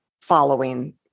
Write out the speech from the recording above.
following